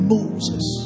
Moses